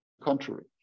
contrary